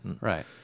Right